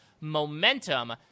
momentum—